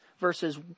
verses